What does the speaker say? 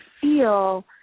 feel